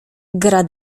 gra